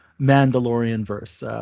Mandalorian-verse